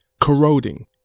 corroding